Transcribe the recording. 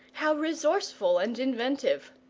how resourceful and inventive!